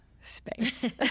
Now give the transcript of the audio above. space